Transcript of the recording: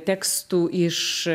tekstų iš